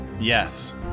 Yes